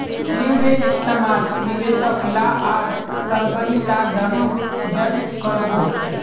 leverage इस्तेमाल निवेशक ला आर कम्पनी ला दनोह जन करोहो